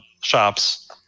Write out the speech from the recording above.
shops